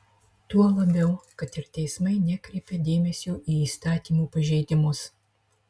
tuo labiau kad ir teismai nekreipia dėmesio į įstatymų pažeidimus